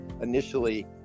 initially